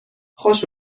خوش